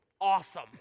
awesome